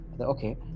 okay